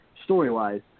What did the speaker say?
Story-wise